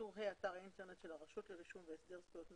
מקום הפרסום הוא אתר האינטרנט של הרשות לרישום והסדר זכויות במקרקעין.